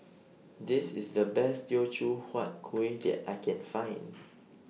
This IS The Best Teochew Huat Kuih that I Can Find